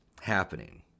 happening